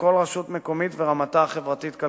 כל רשות מקומית ורמתה החברתית-כלכלית,